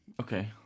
Okay